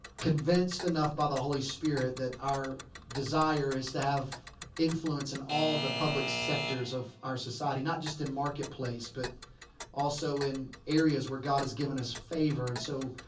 convinced enough by the holy spirit that our desire is to have influence in all the public sectors of our society. not just in market place. but also in areas where god given us favor. and so,